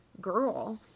girl